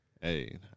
Hey